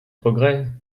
progrès